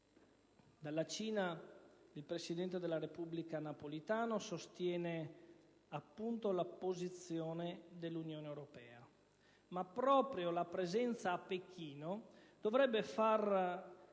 Dalla Cina il presidente della Repubblica Napolitano sostiene la posizione dell'Unione europea. Ma proprio la presenza a Pechino dovrebbe far